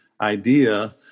idea